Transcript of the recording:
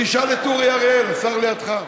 תשאל את אורי אריאל, השר לידך.